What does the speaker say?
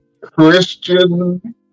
Christian